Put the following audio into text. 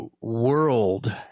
world